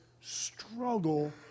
struggle